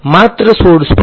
માત્ર source field